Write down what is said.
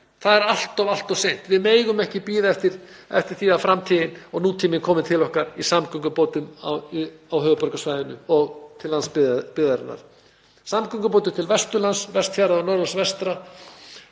Það er allt of seint. Við megum ekki bíða eftir því að framtíðin og nútíminn komi til okkar í samgöngubótum á höfuðborgarsvæðinu og til landsbyggðarinnar, samgöngubótum til Vesturlands, Vestfjarða og Norðurlands vestra.